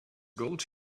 gold